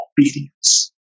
obedience